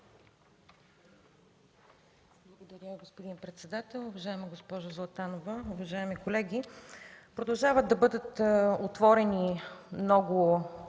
Благодаря, господин председател. Уважаема госпожо Златанова, уважаеми колеги! Продължават да бъдат отворени много